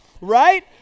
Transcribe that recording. right